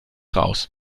raus